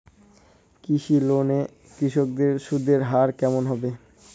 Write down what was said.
কৃষি লোন এ কৃষকদের সুদের হার কেমন হবে?